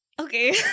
Okay